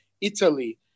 Italy